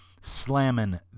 slamming